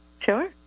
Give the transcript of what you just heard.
Sure